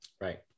Right